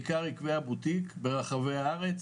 בעיקר יקבי הבוטיק ברחבי הארץ,